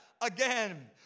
again